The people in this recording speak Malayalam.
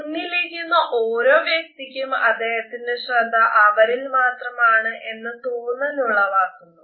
മുന്നിലിരിക്കുന്ന ഓരോ വ്യക്തിക്കും അദ്ദേഹത്തിന്റെ ശ്രദ്ധ അവരിൽ മാത്രമാണ് എന്ന തോന്നലുളവാക്കുന്നു